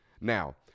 Now